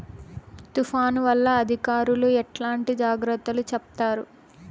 తుఫాను వల్ల అధికారులు ఎట్లాంటి జాగ్రత్తలు చెప్తారు?